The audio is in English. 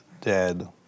dead